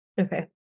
Okay